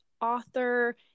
author